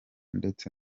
ndetse